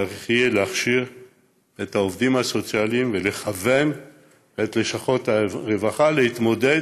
צריך יהיה להכשיר את העובדים הסוציאליים ולכוון את לשכות הרווחה להתמודד